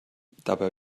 dabei